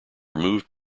removed